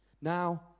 now